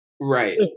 Right